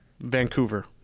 Vancouver